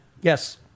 Yes